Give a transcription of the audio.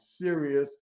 serious